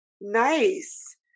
Nice